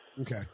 Okay